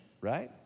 right